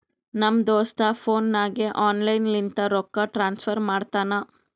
ನಮ್ ದೋಸ್ತ ಫೋನ್ ನಾಗೆ ಆನ್ಲೈನ್ ಲಿಂತ ರೊಕ್ಕಾ ಟ್ರಾನ್ಸಫರ್ ಮಾಡ್ತಾನ